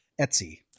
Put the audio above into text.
Etsy